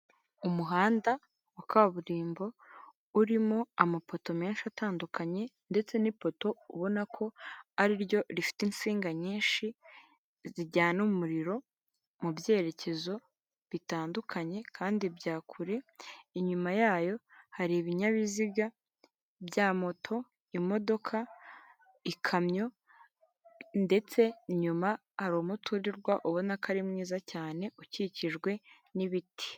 Umuhanda wa kaburimbo, urimo amapoto menshi atandukanye ndetse n'ipoto ubona ko ari ryo rifite insinga nyinshi zijyana umuriro mu byerekezo bitandukanye kandi bya kure, inyuma yaryo hari ibinyabiziga bya moto, imodoka y'ikamyo, ndetse inyuma hari umuturirwa ubona ko ari mwiza cyane ukikijwe n'ibiti.